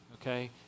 okay